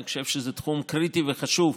אני חושב שזה תחום קריטי וחשוב,